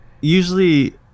usually